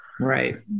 Right